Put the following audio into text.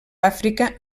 àfrica